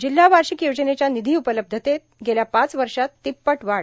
जिल्हा वार्षिक योजनेच्या निधी उपलब्धतेत गेल्या पाच वर्षात तिप्पट वाढ